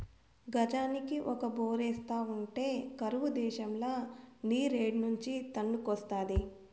గజానికి ఒక బోరేస్తా ఉంటే కరువు దేశంల నీరేడ్నుంచి తన్నుకొస్తాది